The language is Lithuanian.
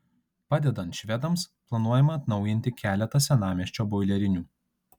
padedant švedams planuojama atnaujinti keletą senamiesčio boilerinių